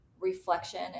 reflection